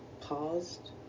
paused